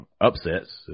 upsets